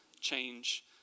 change